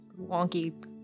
wonky